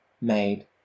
made